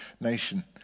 nation